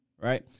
right